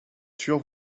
sûr